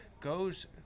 goes